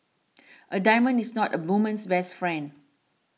a diamond is not a woman's best friend